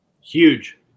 Huge